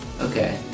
Okay